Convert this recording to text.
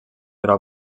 però